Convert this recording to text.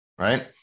Right